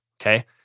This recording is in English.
Okay